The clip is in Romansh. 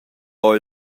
ora